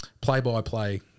play-by-play